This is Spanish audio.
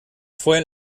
fue